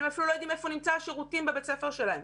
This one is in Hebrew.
הם אפילו לא יודעים איפה נמצאים השירותים בבית ספר שלהם.